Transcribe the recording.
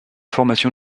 formation